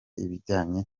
ibijyanye